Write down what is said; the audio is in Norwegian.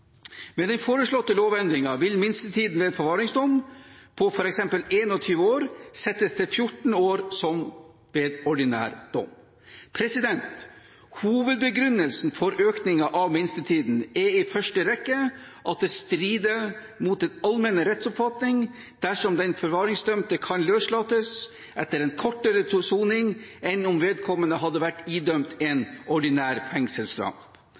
Med den foreslåtte lovendringen vil minstetiden ved forvaringsdom på f.eks. 21 år settes til 14 år, som ved ordinær dom. Hovedbegrunnelsen for økningen av minstetiden er i første rekke at det strider mot den allmenne rettsoppfatning dersom den forvaringsdømte kan løslates etter en kortere soning enn om vedkommende hadde vært idømt en ordinær